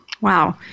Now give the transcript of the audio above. wow